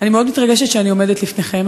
אני מאוד מתרגשת שאני עומדת לפניכם.